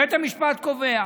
בית המשפט קובע